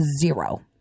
Zero